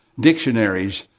dictionaries,